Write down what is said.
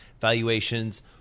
valuations